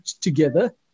together